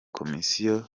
commission